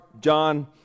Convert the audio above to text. John